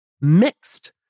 mixed